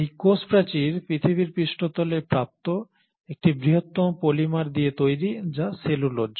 এই কোষ প্রাচীর পৃথিবীর পৃষ্ঠতলে প্রাপ্ত একটি বৃহত্তম পলিমার দিয়ে তৈরি যা সেলুলোজ